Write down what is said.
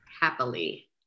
Happily